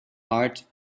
heart